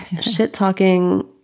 shit-talking